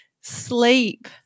sleep